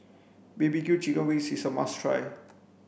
B B Q chicken wings is a must try